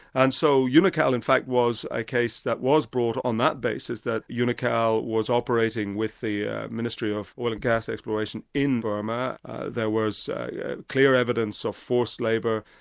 and so unical in fact was a case that was brought on that basis, that unical was operating with the ministry of oil and gas exploration in burma there was clear evidence of forced labour,